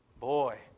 Boy